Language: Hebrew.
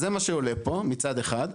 זה מה שעולה פה מצד אחד.